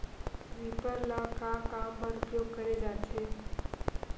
Reaper ल का काम बर उपयोग करे जाथे?